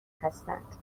هستند